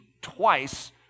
twice